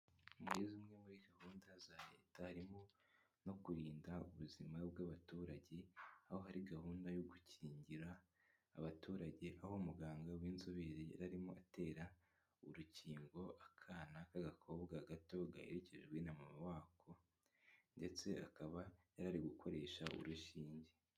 Muri zimwe muri gahunda za Leta harimo no kurinda ubuzima bw'abaturage aho hari gahunda yo gukingira abaturage, aho muganga w'inzobere yari arimo atera urukingo akana k'agakobwa gato gaherekejwe na mama wako ndetse akaba yari ari gukoresha urushinge.